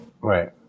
Right